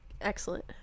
excellent